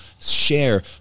Share